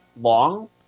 Long